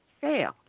fail